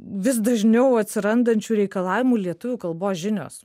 vis dažniau atsirandančių reikalavimų lietuvių kalbos žinios